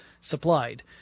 supplied